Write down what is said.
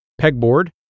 Pegboard